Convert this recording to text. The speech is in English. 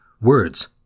words